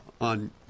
on